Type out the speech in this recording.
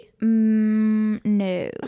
no